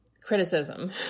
criticism